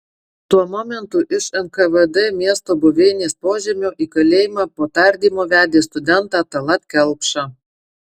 tuo momentu iš nkvd miesto buveinės požemio į kalėjimą po tardymo vedė studentą tallat kelpšą